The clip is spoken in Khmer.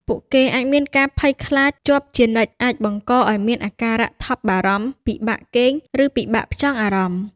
ពួកគេអាចមានការភ័យខ្លាចជាប់ជានិច្ចអាចបង្កឱ្យមានអាការៈថប់បារម្ភ ពិបាកគេង ឬពិបាកផ្ចង់អារម្មណ៍។